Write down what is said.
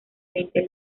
veinte